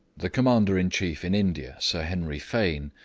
the commander-in-chief in india, sir henry fane,